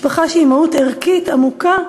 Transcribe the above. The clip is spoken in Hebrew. משפחה שהיא מהות ערכית עמוקה,